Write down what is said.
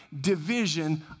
division